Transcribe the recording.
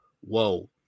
whoa